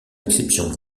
exception